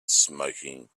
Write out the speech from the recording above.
smoking